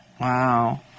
Wow